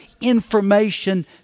information